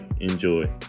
Enjoy